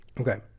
Okay